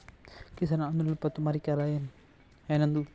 किसान आंदोलन पर तुम्हारी क्या राय है नंदू?